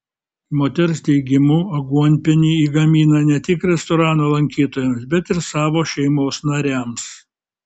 moters teigimu aguonpienį ji gamina ne tik restorano lankytojams bet ir savo šeimos nariams